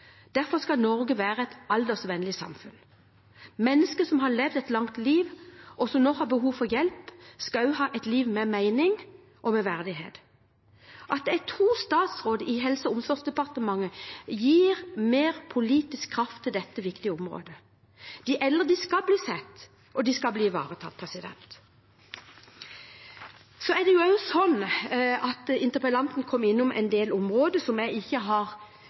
Derfor skal Norge være et aldersvennlig samfunn. Mennesker som har levd et langt liv, og som nå har behov for hjelp, skal også ha et liv med mening og med verdighet. At det er to statsråder i Helse- og omsorgsdepartementet, gir mer politisk kraft til dette viktige området. De eldre skal bli sett, og de skal bli ivaretatt. Interpellanten var også innom en del områder som jeg ikke har